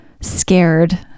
scared